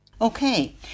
Okay